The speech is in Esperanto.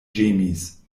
ĝemis